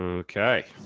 ah okay.